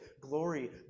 glory